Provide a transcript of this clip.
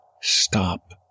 stop